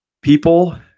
People